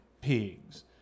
pigs